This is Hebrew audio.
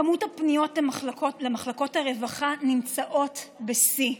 כמות הפניות למחלקות הרווחה נמצאת בשיא.